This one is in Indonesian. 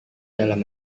dalam